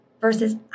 versus